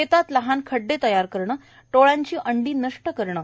शेतात लहान खड्डे तयार करणं टोळांची अंडी नष्ट करणं